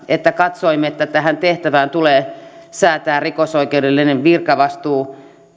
että katsoimme että tähän tehtävään tulee säätää rikosoikeudellinen virkavastuu